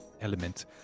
element